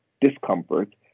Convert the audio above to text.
discomfort